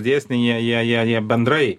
dėsniai jie jie jie jie bendrai